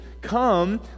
Come